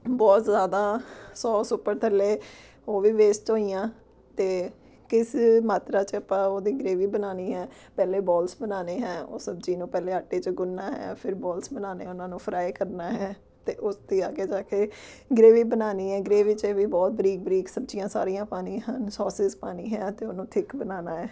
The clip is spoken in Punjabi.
ਬਹੁਤ ਜ਼ਿਆਦਾ ਸੋਸ ਉੱਪਰ ਥੱਲੇ ਉਹ ਵੀ ਵੇਸਟ ਹੋਈਆਂ ਅਤੇ ਕਿਸ ਮਾਤਰਾ 'ਚ ਆਪਾਂ ਉਹਦੀ ਗ੍ਰੇਵੀ ਬਣਾਉਣੀ ਹੈ ਪਹਿਲੇ ਬੋਲਸ ਬਣਾਉਣੇ ਹੈ ਉਹ ਸਬਜ਼ੀ ਨੂੰ ਪਹਿਲੇ ਆਟੇ 'ਚ ਗੁੰਨਣਾ ਹੈ ਔਰ ਫਿਰ ਬੋਲਸ ਬਣਾਉਣੇ ਉਹਨਾਂ ਨੂੰ ਫਾਰਈ ਕਰਨਾ ਹੈ ਅਤੇ ਉਸਦੇ ਆਗੇ ਜਾ ਕੇ ਗ੍ਰੇਵੀ ਬਣਾਉਣੀ ਹੈ ਗ੍ਰੇਵੀ 'ਚ ਵੀ ਬਹੁਤ ਬਰੀਕ ਬਰੀਕ ਸਬਜ਼ੀਆਂ ਸਾਰੀਆਂ ਪਾਣੀ ਹਨ ਸੋਸਿਸ ਪਾਣੀ ਹੈ ਅਤੇ ਉਹਨੂੰ ਥਿਕ ਬਣਾਉਣਾ ਹੈ